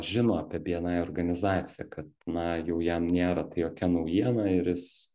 žino apie bni organizaciją kad na jau jam nėra jokia naujiena ir jis